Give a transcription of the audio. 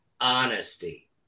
honesty